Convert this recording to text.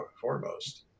foremost